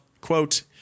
quote